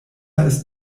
ist